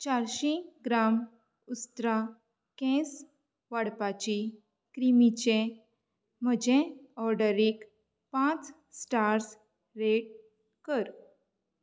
चारशीं ग्राम उस्त्रा केस वाडपाची क्रिमीचें म्हजें ऑर्डरीक पांच स्टार्स रेट कर